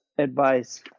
Advice